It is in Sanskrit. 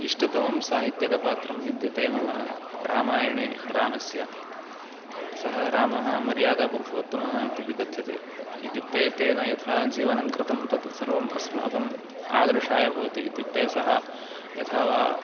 इष्टतमं साहित्यकपात्रं विद्यते मम रामायणे रामस्य सः रामः मर्यादापुरुषोत्तमः इत्यपि कथ्यते इत्युक्ते तेन यथा जीवनं कृतं तत् सर्वम् अस्माकम् आदर्शाय भवति इत्युक्ते सः यथा वा